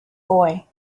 boy